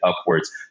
upwards